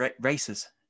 races